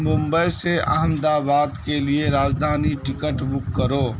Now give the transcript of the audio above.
ممبئی سے احمد آباد کے لیے راجدھانی ٹکٹ بک کرو